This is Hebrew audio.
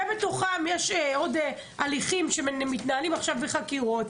ובתוכם יש הליכים שמתנהלים עכשיו בחקירות.